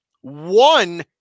one